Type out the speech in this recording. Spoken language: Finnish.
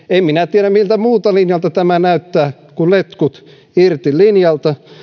en minä tiedä miltä muulta linjalta tämä näyttää tämmöiselle yksinkertaiselle siniselle ja espoolaiselle kuin letkut irti linjalta